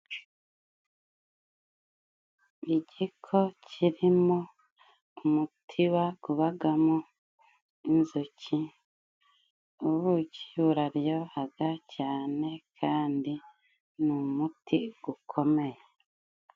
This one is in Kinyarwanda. Igiko kirimo umutiba gubagamo inzuki. Ubuki buraryohaga cane kandi ni umuti gukomeye.